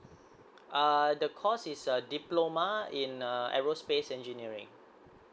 uh the course is a diploma in uh aerospace engineering